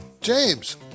James